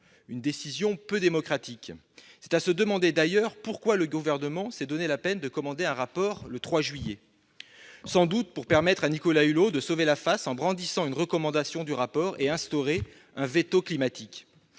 Une décision peu démocratique ! C'est à se demander d'ailleurs pourquoi le Gouvernement s'est donné la peine de commander un rapport le 3 juillet. Sans doute pour permettre à Nicolas Hulot de sauver la face en brandissant une recommandation du rapport visant à instaurer un veto climatique.